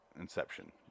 Inception